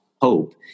hope